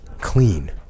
clean